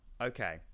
okay